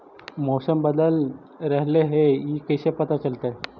मौसम बदल रहले हे इ कैसे पता चलतै?